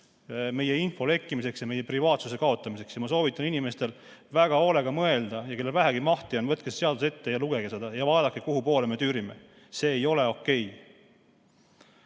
ohu info lekkimiseks ja privaatsuse kaotamiseks. Ma soovitan inimestel väga hoolega mõelda. Kellel vähegi mahti on, võtke seadus ette, lugege ja vaadake, kuhupoole me tüürime. See ei ole okei.